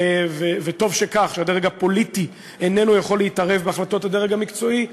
וטוב שהדרג הפוליטי איננו יכול להתערב בהחלטות הדרג המקצועי.